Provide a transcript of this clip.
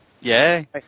Yay